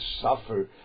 suffer